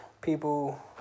People